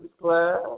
class